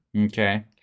Okay